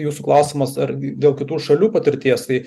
jūsų klausimas ar dėl kitų šalių patirties tai